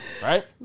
Right